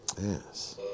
Yes